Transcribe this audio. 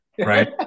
right